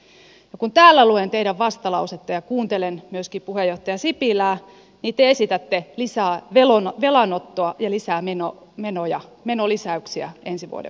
ja kun täällä luen teidän vastalausetta ja kuuntelen myös kipua jättäisi tilaa ei myöskin puheenjohtaja sipilää niin te esitätte lisää velanottoa ja menolisäyksiä ensi vuoden budjettiin